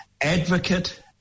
advocate